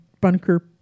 bunker